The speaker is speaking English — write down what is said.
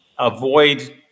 Avoid